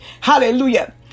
hallelujah